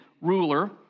ruler